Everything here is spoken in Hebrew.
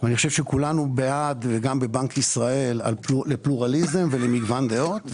אני חושב שכולנו בעד גם בבנק ישראל - פלורליזם ומגוון דעות.